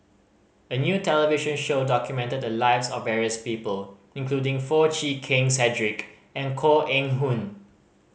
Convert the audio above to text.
a new television show documented the lives of various people including Foo Chee Keng Cedric and Koh Eng Hoon